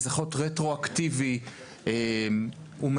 זה חוק רטרואקטיבי,